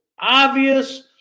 obvious